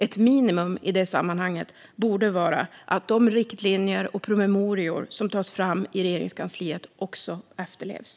Ett minimum i det sammanhanget borde vara att de riktlinjer och promemorior som tas fram i Regeringskansliet också efterlevs.